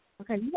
Okay